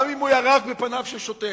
גם אם הוא ירק בפניו של שוטר,